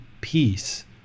peace